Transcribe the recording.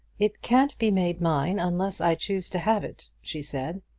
it can't be made mine unless i choose to have it, she said,